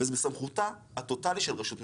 וזה בסמכותה הטוטאלית של הרשות המקומית.